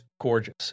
gorgeous